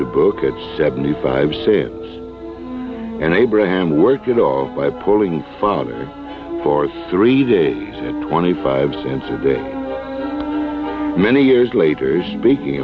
the book at seventy five cents and abraham work it off by pulling father for three days and twenty five cents a day many years later speaking